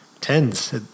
Tens